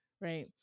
right